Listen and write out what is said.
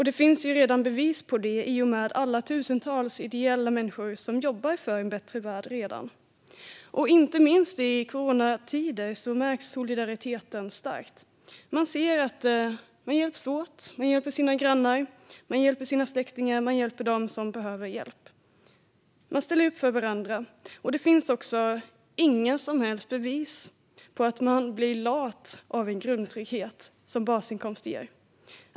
Det finns redan bevis på det i och med alla tusentals människor som jobbar ideellt för en bättre värld. Inte minst i coronatider märks solidariteten starkt. Man hjälps åt. Man hjälper sina grannar. Man hjälper sina släktingar. Man hjälper dem som behöver hjälp. Man ställer upp för varandra. Det finns inga som helst bevis för att man blir lat av den grundtrygghet som basinkomst ger.